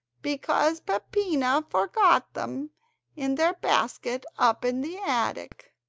because peppina forgot them in their basket up in the attic.